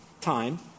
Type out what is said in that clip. time